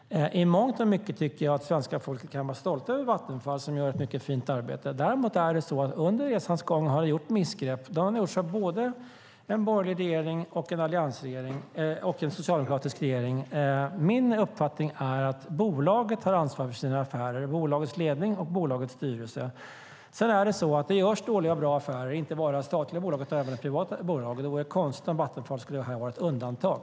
I mångt och mycket tycker jag att det svenska folket kan vara stolt över Vattenfall, som gör ett mycket fint arbete. Däremot har det under resans gång gjorts missgrepp av både en borgerlig regering och en socialdemokratisk regering. Min uppfattning är att bolagets ledning och bolagets styrelse har ansvar för bolagets affärer. Det görs dåliga och bra affärer, inte bara av statliga bolag utan även av privata bolag. Det vore konstigt om Vattenfall skulle vara ett undantag.